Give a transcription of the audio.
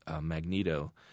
magneto